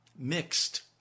Mixed